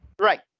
Right